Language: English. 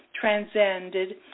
transcended